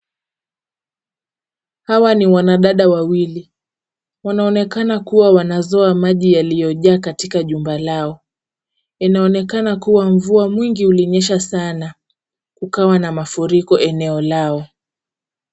Hawa ni wanadada wawili . Wanaonekana kuwa wanazoa maji yaliyojaa katika jumba lao. Inaonekana kuwa mvua nyingi ilinyesha sana kukawa na mafuriko eneo lao.